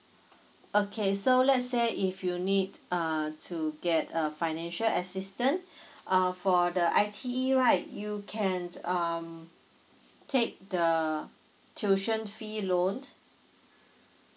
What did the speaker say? okay so let's say if you need uh to get a financial assistant uh for the I_T_E right you can um take the tuition fee loan